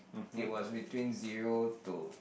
it was between zero to